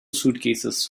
suitcases